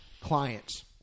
clients